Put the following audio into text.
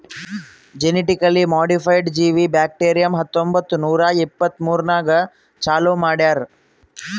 genetically modified ಜೀವಿ bacterium ಹತ್ತೊಂಬತ್ತು ನೂರಾ ಎಪ್ಪತ್ಮೂರನಾಗ್ ಚಾಲೂ ಮಾಡ್ಯಾರ್